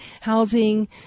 housing